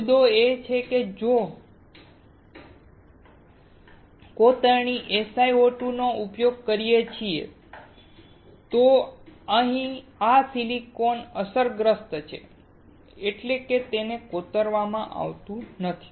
મુદ્દો એ છે કે જો આપણે SiO2 નો ઉપયોગ કરીએ છીએ તો અહીં આ સિલિકોન અસરગ્રસ્ત છે એટલે કે તે કોતરવામાં આવતું નથી